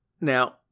Now